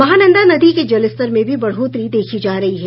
महानंदा नदी के जलस्तर में भी बढ़ोतरी देखी जा रही है